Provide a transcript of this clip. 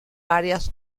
varias